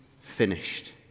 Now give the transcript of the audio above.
finished